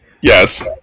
Yes